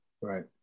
Right